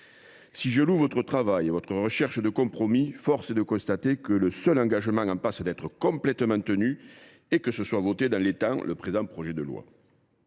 Si je loue votre travail et votre recherche de compromis, force est de constater que le seul engagement en passe d’être complètement tenu est que le projet de loi